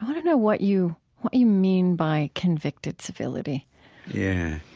i want to know what you what you mean by convicted civility yeah.